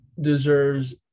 deserves